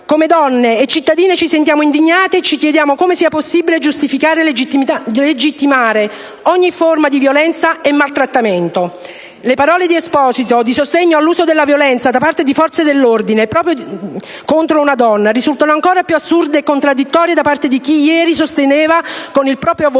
Come donne e cittadine ci sentiamo indignate e ci chiediamo come sia possibile giustificare e legittimare ogni forma di violenza e maltrattamento. Le parole di Esposito, di sostegno all'uso della violenza da parte delle forze dell'ordine proprio contro una donna, risultano ancora più assurde e contraddittorie da parte di chi ieri sosteneva con il proprio voto